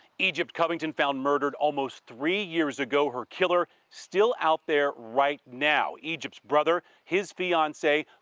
egypt covington found murdered almost three years ago, her killer still out there right now. egypt's brother, his fiancee,